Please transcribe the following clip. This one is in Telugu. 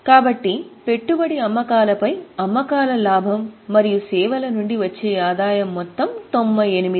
కాబట్టి పెట్టుబడి అమ్మకాలపై అమ్మకాల లాభం మరియు సేవల నుండి వచ్చే ఆదాయం మొత్తం 98000